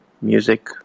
music